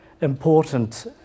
important